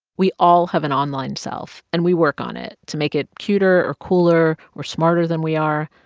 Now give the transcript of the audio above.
we all have an online self, and we work on it to make it cuter or cooler or smarter than we are.